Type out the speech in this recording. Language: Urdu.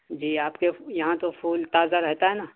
جی آپ کے یہاں تو پھول تازہ رہتا ہے نا